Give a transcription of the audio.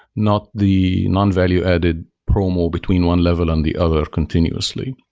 not the non-value added promo between one level and the other continuously.